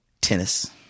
tennis